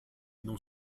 non